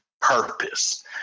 purpose